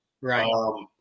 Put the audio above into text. right